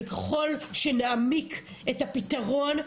וככל שנעמיק את הפתרון,